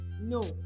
no